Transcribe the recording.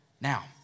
Now